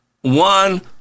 One